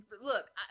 look